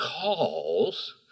calls